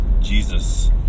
Jesus